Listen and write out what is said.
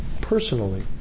personally